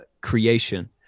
creation